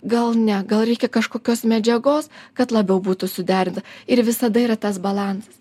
gal ne gal reikia kažkokios medžiagos kad labiau būtų suderinta ir visada yra tas balansas